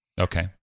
Okay